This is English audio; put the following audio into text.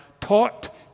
taught